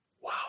Wow